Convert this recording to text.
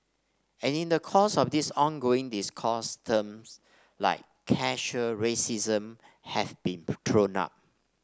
and in the course of this ongoing discourse terms like casual racism have been thrown up